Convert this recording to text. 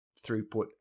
throughput